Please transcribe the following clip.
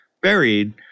buried